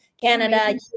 Canada